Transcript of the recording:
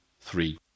three